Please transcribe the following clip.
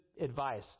advice